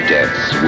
Death's